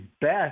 best